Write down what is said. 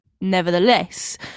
Nevertheless